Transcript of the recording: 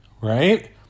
right